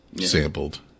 sampled